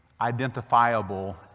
identifiable